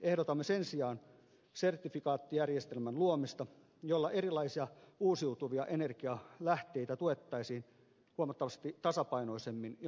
ehdotamme sen sijaan sertifikaattijärjestelmän luomista jolla erilaisia uusiutuvia energialähteitä tuettaisiin huomattavasti tasapainoisemmin ja markkinalähtöisemmin